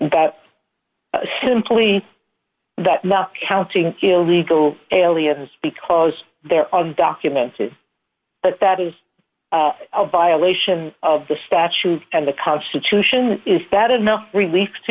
that simply that no counting illegal aliens because they're on documents that that is a violation of the statute and the constitution is that enough relief to